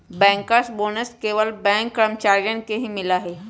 Bankers bonus केवल bank कर्मचारियन के ही मिला हई का?